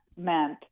meant